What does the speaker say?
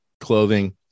clothing